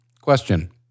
question